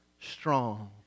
strong